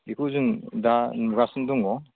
बेखौ जों दा नुगासिनो दङ